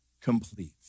complete